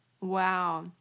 Wow